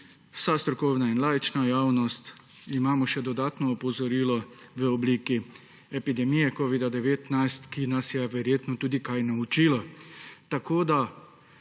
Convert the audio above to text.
vsa strokovna in laična javnost, imamo še dodatno opozorilo v obliki epidemije covida-19, ki nas je verjetno tudi kaj naučila. Predlog